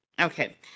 Okay